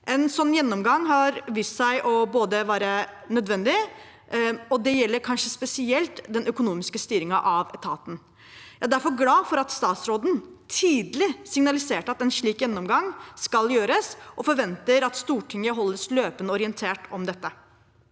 En sånn gjennomgang har vist seg å være nødvendig, og det gjelder kanskje spesielt den økonomiske styringen av etaten. Jeg er derfor glad for at statsråden tidlig signaliserte at en slik gjennomgang skal tas, og forventer at Stortinget holdes løpende orientert om dette.